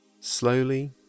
slowly